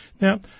Now